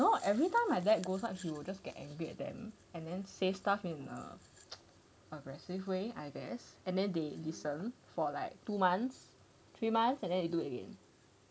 no everytime my dad goes up he will just get angry at them and then say stuff in err a aggressive way I guess and then they listen for like two months three months and then they do it again